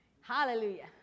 hallelujah